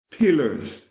pillars